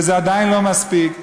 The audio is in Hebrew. וזה עדיין לא מספיק.